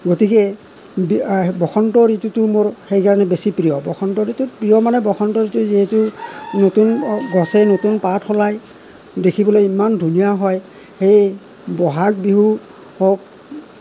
গতিকে বসন্ত ঋতুটো মোৰ সেইকাৰণে বেছি প্ৰিয় বসন্ত ঋতু প্ৰিয় মানে বসন্ত ঋতু যিহেতু নতুন গছে নতুন পাত সলায় দেখিবলৈ ইমান ধুনীয়া হয় সেই বহাগ বিহু হওক